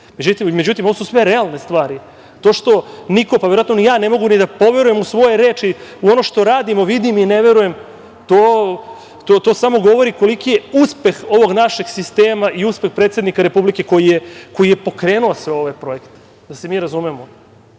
međutim ovo su sve realne stvari. To što niko, pa verovatno ni ja ne mogu ni da poverujem u svoje reči, u ono što radimo, vidim i ne verujem, to samo govori koliki je uspeh ovog našeg sistema i uspeh predsednika Republike, koji je pokrenuo sve ove projekte. Da se mi razumemo,